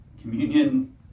communion